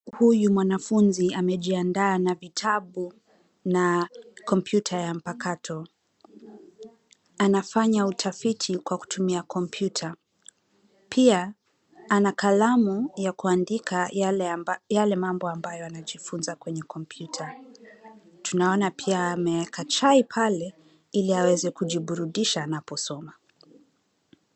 Huyu mwanafunzi amejiandaa na vitabu na kompyuta ya mpakato. Anafanya utafiti kwa kutumia kompyu pia ana kalamu ya kuandika yale mambo ambayo anajifunza kwenye kompyuta. Tunaona pia ameeka chai pale ili aweze kujiburudisha anaposoma.